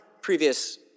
previous